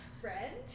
Friend